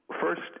First